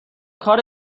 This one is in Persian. کار